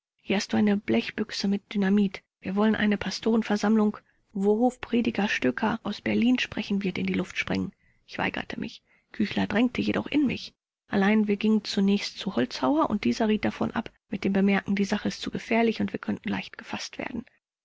hier hast du eine blechbüchse mit dynamit wir wollen eine pastorenversammlung wo hofprediger stoecker aus berlin sprechen wird in die luft sprengen ich weigerte mich küchler drang jedoch in mich allein wir gingen zunächst zu holzhauer und dieser riet davon ab mit dem bemerken die sache ist zu gefährlich wir könnten leicht gefaßt werden